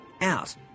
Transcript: out